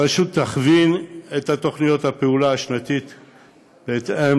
הרשות תכווין את תוכניות הפעולה השנתיות בהתאם